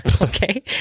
okay